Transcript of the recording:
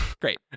great